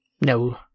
No